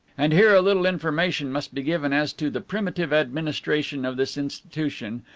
and here a little information must be given as to the primitive administration of this institution,